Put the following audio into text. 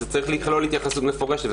זה צריך לכלול התייחסות מפורשת,